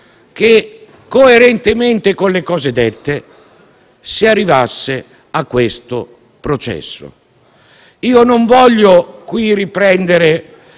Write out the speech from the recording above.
che, coerentemente con le cose dette, si arrivasse a questo processo. Non voglio riprendere